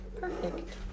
Perfect